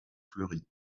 fleuris